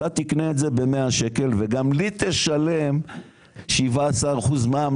אתה תקנה את זה במאה שקל וגם לי תשלם 17% מע"מ,